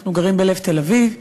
אנחנו גרים בלב תל-אביב.